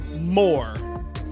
more